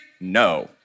No